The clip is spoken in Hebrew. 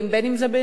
אם זה בנמלים,